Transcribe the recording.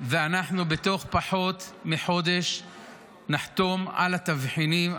ואנחנו בתוך פחות מחודש נחתום על התבחינים,